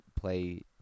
play